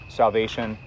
salvation